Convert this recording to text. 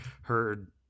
heard